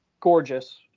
gorgeous